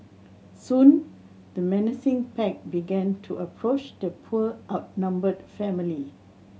soon the menacing pack began to approach the poor outnumbered family